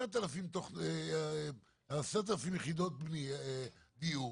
על 13,000 יחידות דיור